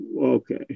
okay